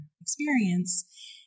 experience